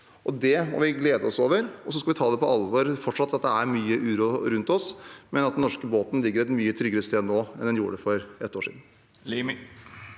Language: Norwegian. Det må vi glede oss over, og så skal vi ta på alvor at det fortsatt er mye uro rundt oss, men den norske båten ligger et mye tryggere sted nå enn den gjorde for ett år siden.